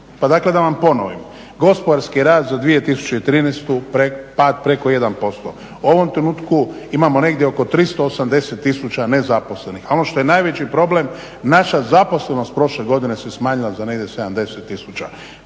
Pa dakle da vam ponovim, gospodarski rast za 2013.pad preko 1% u ovom trenutku imamo oko 380 tisuća nezaposlenih. A ono što je najveći problem naša zaposlenost prošle godine se smanjila negdje za 70 tisuća.